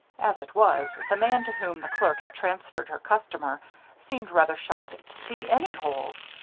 as it was, the man to whom the clerk had transferred her customer seemed rather shocked to see any holes.